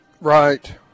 Right